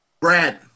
Brad